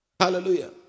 Hallelujah